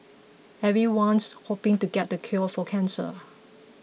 everyone's hoping to get the cure for cancer